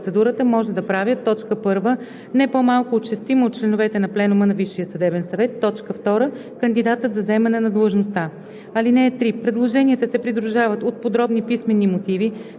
(3) Предложенията се придружават от подробни писмени мотиви,